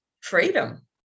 freedom